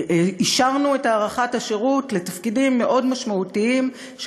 אישרנו את הארכת השירות לתפקידים משמעותיים מאוד,